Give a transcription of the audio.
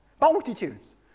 multitudes